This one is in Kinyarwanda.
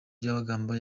byabagamba